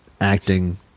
Acting